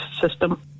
system